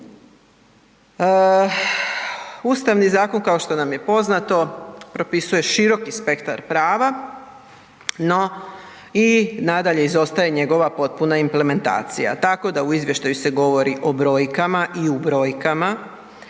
Ustavni zakon kao što nam je poznato, propisuje široki spektar prava no i nadalje izostaje njegova potpuna implementacija tako da u izvještaju se govori o brojkama i u brojkama,